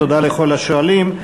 תודה לכל השואלים.